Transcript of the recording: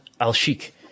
al-Sheikh